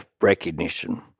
recognition